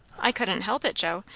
i couldn't help it, joe.